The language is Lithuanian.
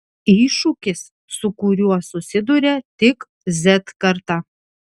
iššūkis su kuriuo susiduria tik z karta